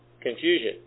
confusion